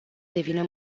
devină